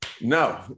no